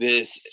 this,